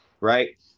right